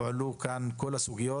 הועלו כאן הרבה סוגיות.